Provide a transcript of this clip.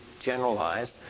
generalized